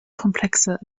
komplexer